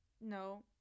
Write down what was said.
no